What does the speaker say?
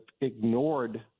ignored